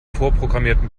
vorprogrammierten